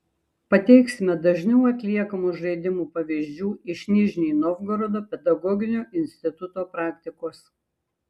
pateiksime dažniau atliekamų žaidimų pavyzdžių iš nižnij novgorodo pedagoginio instituto praktikos